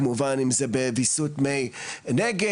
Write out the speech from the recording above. כמובן אם זה בוויסות מי נגר,